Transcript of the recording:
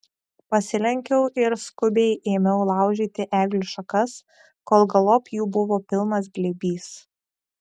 pasilenkiau ir skubiai ėmiau laužyti eglių šakas kol galop jų buvo pilnas glėbys